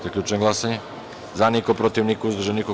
Zaključujem glasanje: za – niko, protiv – niko, uzdržanih – nema.